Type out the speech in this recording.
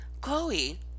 chloe